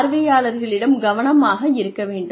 பார்வையாளர்களிடம் கவனமாக இருக்க வேண்டும்